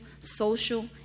social